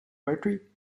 gratuit